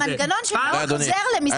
אדוני,